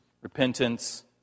repentance